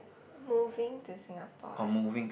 moving to Singapore one